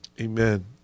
Amen